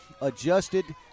adjusted